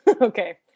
okay